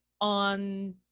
on